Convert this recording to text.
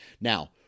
now